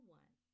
one